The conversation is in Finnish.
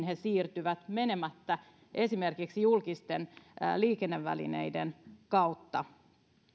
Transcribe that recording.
he siirtyvät menemättä esimerkiksi julkisten liikennevälineiden kautta